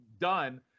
done